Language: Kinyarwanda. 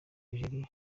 algeria